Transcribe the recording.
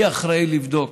מי אחראי לבדוק